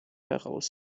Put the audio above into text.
heraus